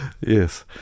Yes